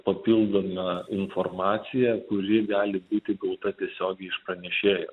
papildoma informacija kuri gali būti gauta tiesiogiai iš pranešėjo